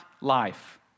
life